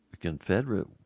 Confederate